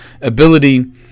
ability